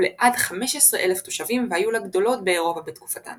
לעד 15,000 תושבים והיו לגדולות באירופה בתקופתן.